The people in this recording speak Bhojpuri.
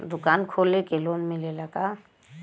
दुकान खोले के लोन मिलेला का?